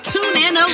TuneIn